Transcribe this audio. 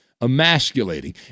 emasculating